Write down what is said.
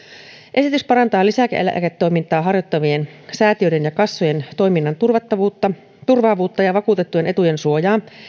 esitys parantaa lisäeläketoimintaa harjoittavien säätiöiden ja kassojen toiminnan turvaavuutta turvaavuutta ja vakuutettujen etujen suojaa